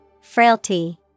Frailty